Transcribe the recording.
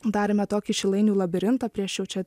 darėme tokį šilainių labirintą prieš jau čia